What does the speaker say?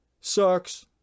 sucks